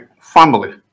family